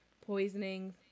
poisoning